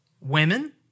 Women